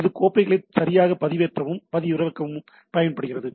இது கோப்புகளை சரியாக பதிவேற்றவும் பதிவிறக்கவும் பயன்படுகிறது